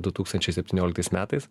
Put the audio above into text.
du tūkstančiai septynioliktais metais